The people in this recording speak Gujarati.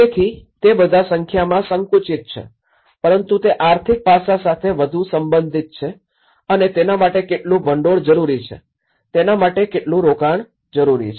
તેથી તે બધા સંખ્યામાં સંકુચિત છે પરંતુ તે આર્થિક પાસા સાથે વધુ સંબંધિત છે અને તેના માટે કેટલું ભંડોળ જરૂરી છે તેના માટે કેટલું રોકાણ જરૂરી છે